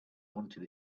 wanted